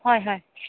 হয় হয়